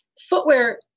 footwear